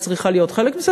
צריכה להיות חלק ממנו.